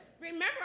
Remember